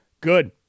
good